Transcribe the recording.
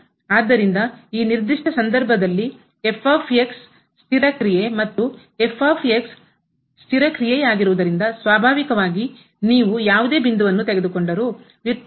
ಆದ್ದರಿಂದ ಈ ನಿರ್ದಿಷ್ಟ ಸಂದರ್ಭದಲ್ಲಿ ಸ್ಥಿರ ಕ್ರಿಯೆ ಮತ್ತು ಸ್ಥಿರ ಕ್ರಿಯೆಯಾಗಿರುವುದರಿಂದ ಸ್ವಾಭಾವಿಕವಾಗಿ ನೀವು ಯಾವುದೇ ಬಿಂದುವನ್ನು ತೆಗೆದುಕೊಂಡರು ವ್ಯುತ್ಪನ್ನ